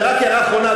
ורק הערה אחרונה,